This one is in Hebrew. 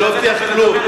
הוא לא הבטיח כלום.